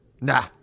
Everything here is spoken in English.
nah